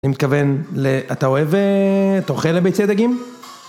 אני מתכוון, אתה אוהב, אתה אוכל ביצי דגים?